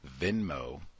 Venmo